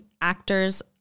actors